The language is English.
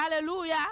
hallelujah